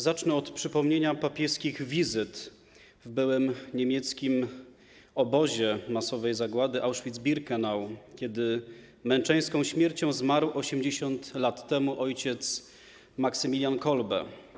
Zacznę od przypomnienia papieskich wizyt w byłym niemieckim obozie masowej zagłady Auschwitz-Birkenau, gdzie męczeńską śmiercią zmarł 80 lat temu o. Maksymilian Kolbe.